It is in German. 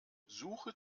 suche